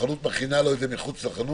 החנות מכינה לו את זה וזה מחכה לו מחוץ לחנות?